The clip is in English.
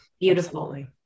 beautifully